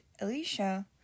Alicia